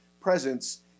presence